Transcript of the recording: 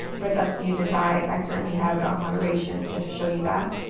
but um so you decide, i currently have it on moderation just to show you that.